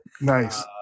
Nice